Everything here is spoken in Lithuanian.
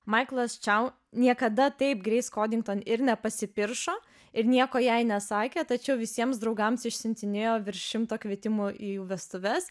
maiklas čiau niekada taip greis kodington ir nepasipiršo ir nieko jai nesakė tačiau visiems draugams išsiuntinėjo virš šimto kvietimų į jų vestuves